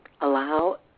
Allow